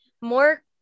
more